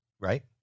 Right